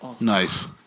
Nice